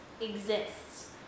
exists